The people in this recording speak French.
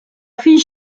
fille